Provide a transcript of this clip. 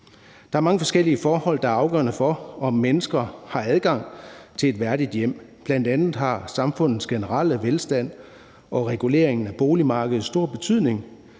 Der er mange forskellige forhold, der er afgørende for, om mennesker har adgang til et værdigt hjem. Bl.a. har samfundets generelle velstand og regulering af boligmarkedet stor betydning,